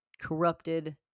corrupted